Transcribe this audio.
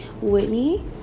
Whitney